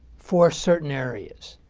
for certain areas.